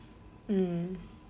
mm